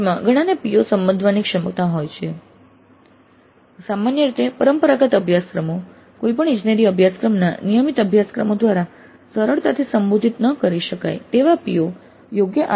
projects માં ઘણા PO ને સંબોધવાની ક્ષમતા હોય છે સામાન્ય રીતે પરંપરાગત અભ્યાસક્રમો કોઈપણ ઇજનેરી અભ્યાસક્રમના નિયમિત અભ્યાસક્રમો દ્વારા સરળતાથી સંબોધિત ન કરી શકાય તેવા PO